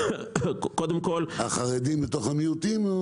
החרדים בתוך המיעוטים?